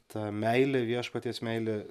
ta meilė viešpaties meilė